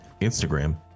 Instagram